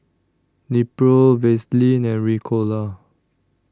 Nepro Vaselin and Ricola